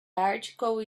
article